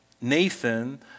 Nathan